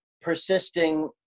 persisting